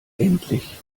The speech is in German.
endlich